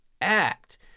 act